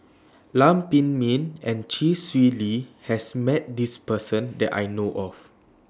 Lam Pin Min and Chee Swee Lee has Met This Person that I know of